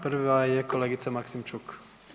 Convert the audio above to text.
Prva je kolegica Maksimčuk.